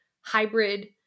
hybrid